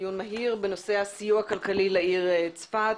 דיון מהיר, בנושא הסיוע הכלכלי לעיר צפת.